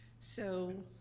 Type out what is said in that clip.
so,